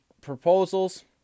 proposals